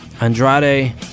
Andrade